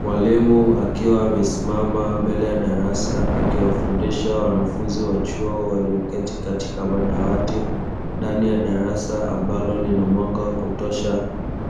Mwalimu akiwa amesimama mbele ya darasa akiwafundisha wanafunzi wa chuo walioketi katika madawati, ndani ya darasa ambalo linamwanga wa kutosha